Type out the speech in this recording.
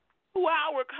two-hour